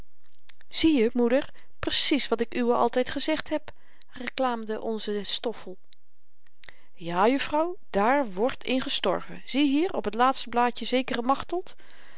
zieje moeder precies wat ik uwe altyd gezegd heb reklaamde onze stoffel ja juffrouw daar wordt in gestorven ziehier op t laatste blaadje zekere machteld